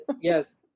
Yes